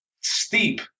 steep